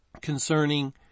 concerning